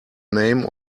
name